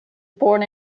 born